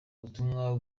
butumwa